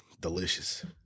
Delicious